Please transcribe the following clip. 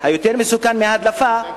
יותר מסוכן מההדלפה,